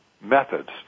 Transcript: Methods